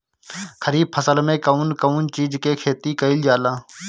खरीफ फसल मे कउन कउन चीज के खेती कईल जाला?